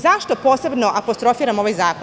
Zašto posebno apostrofiram ovaj zakon?